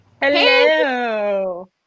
Hello